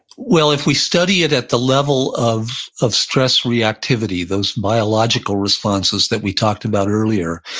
well, if we study it at the level of of stress reactivity, those biological responses that we talked about earlier,